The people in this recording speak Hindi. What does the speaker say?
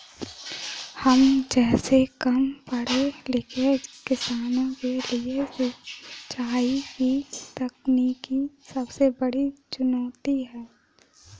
हम जैसै कम पढ़े लिखे किसानों के लिए सिंचाई की तकनीकी सबसे बड़ी चुनौती है